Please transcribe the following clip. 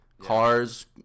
cars